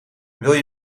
wil